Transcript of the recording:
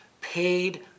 paid